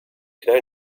could